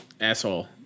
asshole